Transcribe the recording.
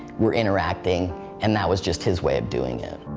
we're interacting and that was just his way of doing it.